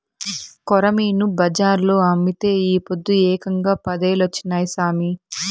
కొరమీను బజార్లో అమ్మితే ఈ పొద్దు ఏకంగా పదేలొచ్చినాయి సామి